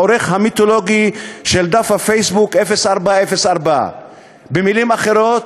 העורך המיתולוגי של דף הפייסבוק 0404. במילים אחרות,